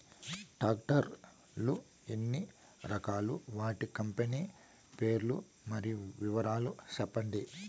Tractor లు ఎన్ని రకాలు? వాటి కంపెని పేర్లు మరియు వివరాలు సెప్పండి?